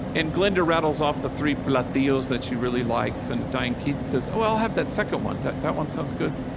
and glenda rattles off the three platillos that she really likes, and diane keaton says, oh, i'll have that second one. that that one sounds good.